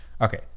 Okay